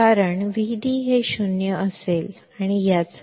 ಏಕೆ